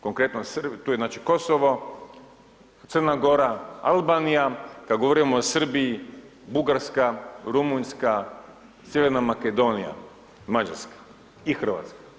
Konkretno tu je znači Kosovo, Crna Gora, Albanija, kada govorimo o Srbiji, Bugarska, Rumunjska, Sjeverna Makedonija, Mađarska i Hrvatska.